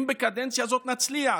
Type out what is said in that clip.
אם בקדנציה הזאת נצליח,